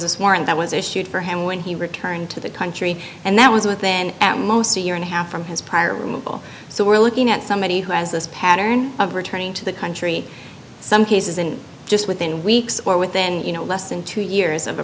this warrant that was issued for him when he returned to the country and that was within a year and a half from his prior removal so we're looking at somebody who has this pattern of returning to the country some cases and just within weeks or within you know less than two years of a